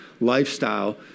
lifestyle